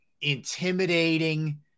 intimidating